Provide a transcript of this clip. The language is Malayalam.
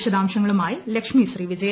വിശദാംശങ്ങളുമായി ലക്ഷ്മിശ്രീവിജയ